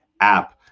app